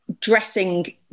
dressing